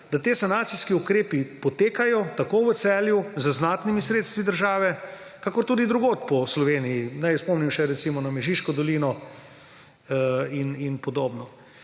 da ti sanacijski ukrepi potekajo tako v Celju z znatnimi sredstvi države kakor tudi drugod po Sloveniji. Naj spomnim še, recimo, na Mežiško dolino in podobno.